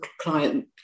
client